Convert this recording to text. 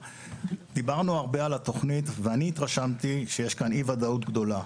דיברנו הרבה על התוכנית ואני התרשמתי שיש כאן אי-וודאות גדולה.